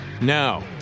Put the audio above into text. Now